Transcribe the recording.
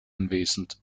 anwesend